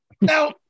Now